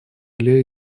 или